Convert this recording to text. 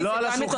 זה לא על השולחן.